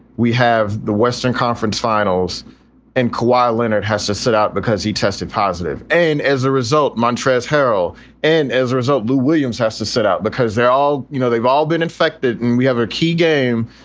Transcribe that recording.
we have the western conference finals and kawhi leonard has to sit out because he tested positive. and as a result, montrezl harrell and as a result, lou williams has to sit out because they're all you know, they've all been infected. and we have a key game.